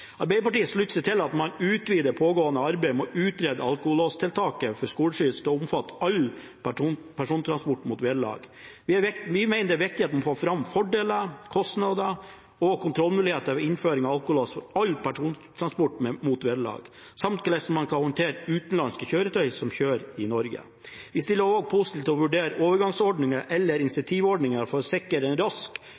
Arbeiderpartiet slutter seg til at man utvider det pågående arbeidet med å utrede alkolåstiltaket for skoleskyss til å omfatte all persontransport mot vederlag. Vi mener det er viktig at man får fram fordeler, kostnader og kontrollmuligheter ved innføring av alkolås for all persontrafikk mot vederlag, samt hvordan man skal håndtere utenlandske kjøretøy som kjører i Norge. Vi stiller oss også positivt til å vurdere overgangsordninger og/eller incentivordninger for å sikre en rask